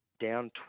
down